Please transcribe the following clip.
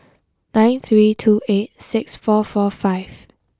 nine three two eight six four four five